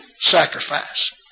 sacrifice